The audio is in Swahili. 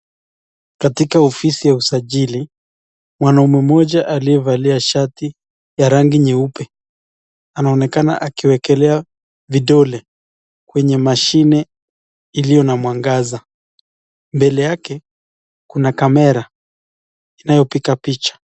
Katika ofisi ya usajili, mwanaume mmoja aliyevalia shati ya rangi nyeupe, anaonekana akiwekelea vidole kwenye mashine iliyo na mwangaza. Mbele yake kuna kamera inayopiga picha.